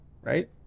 right